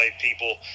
people